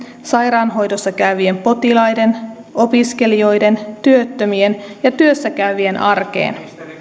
sairaanhoidossa käyvien potilaiden opiskelijoiden työttömien ja työssä käyvien arkeen